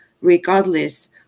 regardless